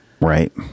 Right